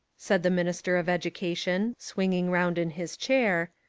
said the minister of education, swinging round in his chair,